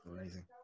amazing